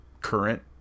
current